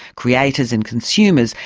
creators and consumers,